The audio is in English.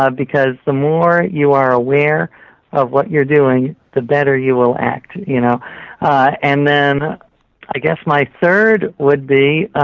um because the more you are aware of what you're doing, the better you will act. you know and then i guess my third would be,